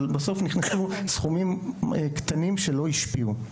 אבל בסוף נכנסו סכומים קטנים שלא השפיעו.